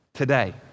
today